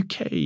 UK